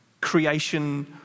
creation